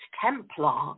Templar